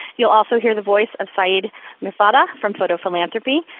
you'll also hear the voice of saeed mirfattah from photophilanthropy.